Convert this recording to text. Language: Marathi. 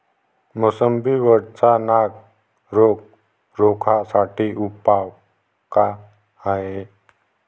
मोसंबी वरचा नाग रोग रोखा साठी उपाव का हाये?